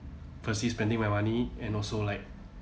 firstly spending my money and also like